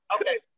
Okay